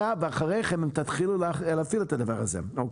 ואחריכם אם תתחילו להפעיל את הדבר הזה.